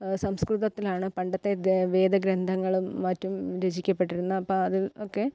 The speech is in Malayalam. സംസ്കൃതത്തിലാണ് പണ്ടത്തെ വേദഗ്രന്ഥങ്ങളും മറ്റും രചിക്കപ്പെട്ടിരുന്ന അപ്പോൾ അതിൽ നിന്നൊക്കെ